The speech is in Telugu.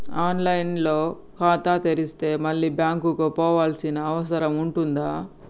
ఆన్ లైన్ లో ఖాతా తెరిస్తే మళ్ళీ బ్యాంకుకు పోవాల్సిన అవసరం ఉంటుందా?